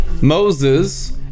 Moses